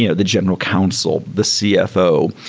you know the general council, the cfo,